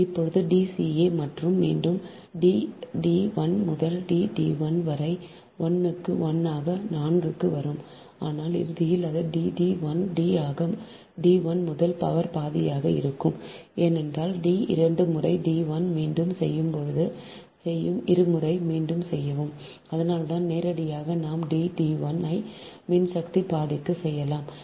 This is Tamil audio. இப்போது D ca மட்டும் மீண்டும் அது D d 1 முதல் D d 1 வரை 1 க்கு 1 ஆக 4 க்கு வரும் ஆனால் இறுதியில் அது D d 1 d ஆக D 1 முதல் power பாதியாக இருக்கும் ஏனென்றால் D இரண்டு முறை D 1 ஐ மீண்டும் செய்யும் இருமுறை மீண்டும் செய்யவும் அதனால்தான் நேரடியாக நாம் d d 1 ஐ மின்சக்தி பாதிக்குச் செய்யலாம்